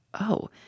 Oh